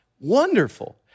Wonderful